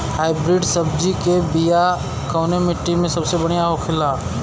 Hybrid सब्जी के बिया कवने मिट्टी में सबसे बढ़ियां होखे ला?